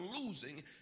losing